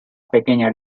pequeña